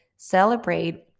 Celebrate